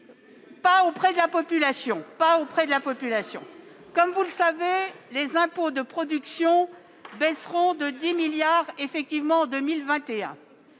dans la population ! Comme vous le savez, les impôts de production baisseront de 10 milliards d'euros